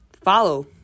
follow